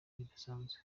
bidasanzwe